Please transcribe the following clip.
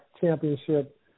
championship